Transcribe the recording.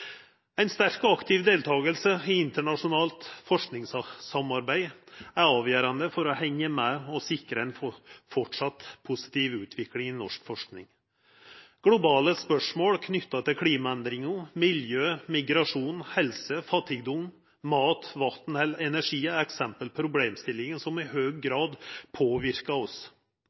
sterk og aktiv deltaking i internasjonalt forskingssamarbeid er avgjerande for å hengja med og sikra ei framleis positiv utvikling i norsk forsking. Globale spørsmål knytte til klimaendringar, miljø, migrasjon, helse, fattigdom, mat, vatn eller energi er eksempel på problemstillingar som i høg grad påverkar oss.